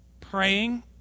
praying